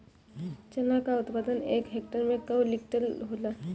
चना क उत्पादन एक हेक्टेयर में कव क्विंटल होला?